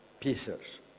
pieces